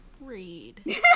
read